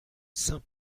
saint